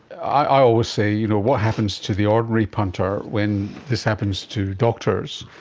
i always say, you know, what happens to the ordinary punter when this happens to doctors,